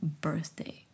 birthday